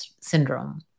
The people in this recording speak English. syndrome